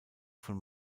von